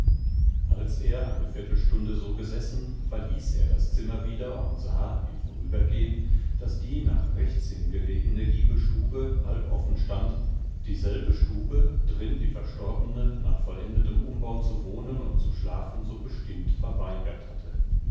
als er eine viertelstunde so gesessen verließ er das zimmer wieder und sah im vorübergehen daß die nach rechts hin gelegene giebelstube halb offenstand dieselbe stube drin die verstorbene nach vollendetem umbau zu wohnen und zu schlafen so bestimmt verweigert hatte